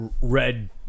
red